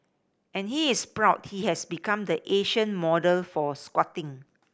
and he is proud he has become the Asian model for squatting